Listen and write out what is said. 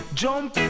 jump